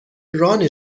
ران